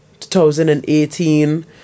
2018